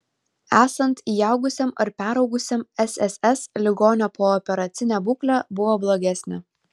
esant įaugusiam ar peraugusiam sss ligonio pooperacinė būklė buvo blogesnė